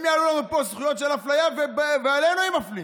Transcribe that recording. הם יעלו לנו פה על זכויות של אפליה ואותנו הם מפלים.